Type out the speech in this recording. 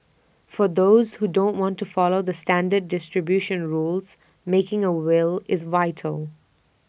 for those who don't want to follow the standard distribution rules making A will is vital